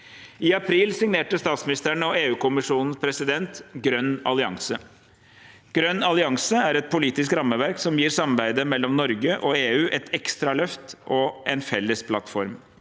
I april signerte statsministeren og EU-kommisjonens president Grønn allianse. Grønn allianse er et politisk rammeverk som gir samarbeidet mellom Norge og EU et ekstra løft og en felles plattform.